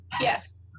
Yes